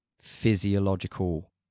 physiological